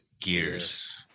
Gears